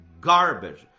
garbage